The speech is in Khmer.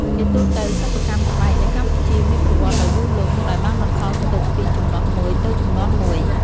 ជាទូទៅ សិប្បកម្មស្បែកនៅកម្ពុជាមានប្រវត្តិដ៏យូរលង់ ដែលបានបន្សល់ទុកពីជំនាន់មួយទៅជំនាន់មួយ។